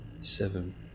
Seven